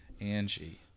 Angie